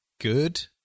good